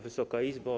Wysoka Izbo!